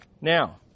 Now